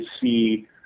see